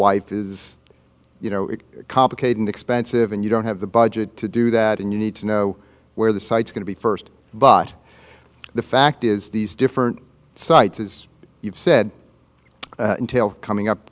wife is you know it's complicated and expensive and you don't have the budget to do that and you need to know where the site's going to be first but the fact is these different sites as you've said until coming up